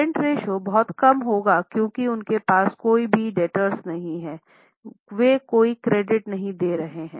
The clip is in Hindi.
करंट रेश्यो बहुत कम होगा क्योंकि उनके पास कोई भी डेब्टर्स नहीं हैवे कोई क्रेडिट नहीं दे रहे हैं